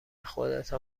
خودتان